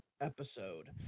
episode